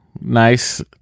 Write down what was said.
nice